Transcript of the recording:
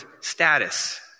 status